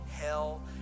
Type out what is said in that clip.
hell